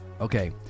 Okay